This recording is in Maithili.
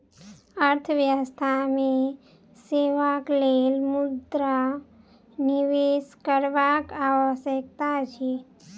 अर्थव्यवस्था मे सेवाक लेल मुद्रा निवेश करबाक आवश्यकता अछि